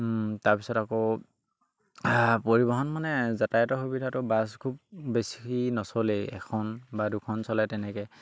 তাৰপিছত আকৌ পৰিবহণ মানে যাতায়তৰ সুবিধাটো বাছ খুব বেছি নচলেই এখন বা দুখন চলে তেনেকৈ